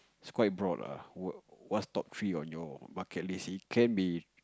it's quite broad ah what what's top three on your bucket list it can be